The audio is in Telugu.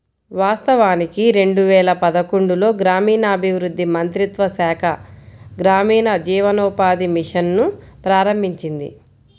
వాస్తవానికి రెండు వేల పదకొండులో గ్రామీణాభివృద్ధి మంత్రిత్వ శాఖ గ్రామీణ జీవనోపాధి మిషన్ ను ప్రారంభించింది